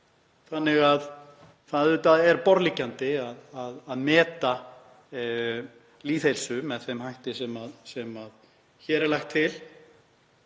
þannig að það er borðliggjandi að meta lýðheilsu með þeim hætti sem hér er lagt til.